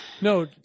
no